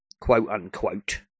quote-unquote